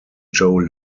joe